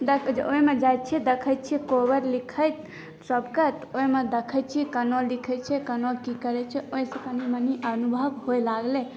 ओहिमे जाइ छियै देख़ै छियै कोबर लिखैत सभकें तऽ ओहिमे देख़ै छियै केना लिखै छै केना की करै छै ओहिसॅं कनि मनी अनुभव होइ लागलै